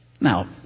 Now